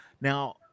Now